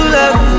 love